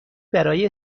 برای